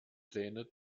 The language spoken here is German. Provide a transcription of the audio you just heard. pläne